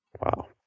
Wow